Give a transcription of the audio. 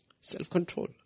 Self-control